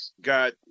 got